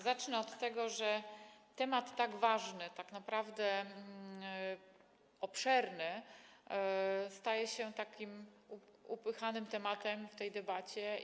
Zacznę od tego, że temat tak ważny, tak obszerny staje się takim upychanym tematem w tej debacie.